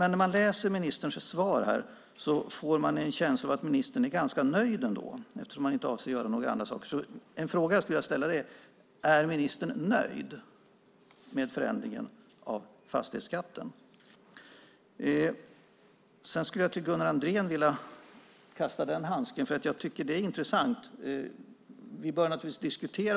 När man läser ministerns svar får man en känsla av att ministern trots allt är ganska nöjd. Han avser ju inte att göra några andra saker. Därför skulle jag vilja ställa frågan: Är ministern nöjd med förändringen av fastighetsskatten? Sedan skulle jag vilja kasta en handske till Gunnar Andrén. Det här är intressant.